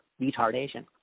retardation